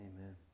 Amen